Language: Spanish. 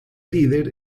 líder